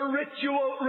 ritual